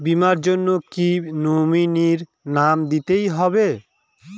বীমার জন্য কি নমিনীর নাম দিতেই হবে?